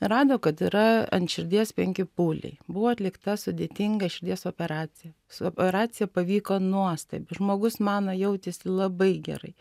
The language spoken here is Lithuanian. rado kad yra ant širdies penki pūliai buvo atlikta sudėtinga širdies operacija su operacija pavyko nuostabiai žmogus mano jautėsi labai gerai